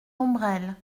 ombrelles